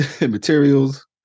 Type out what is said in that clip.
materials